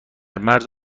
مرز